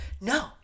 no